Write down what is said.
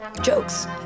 jokes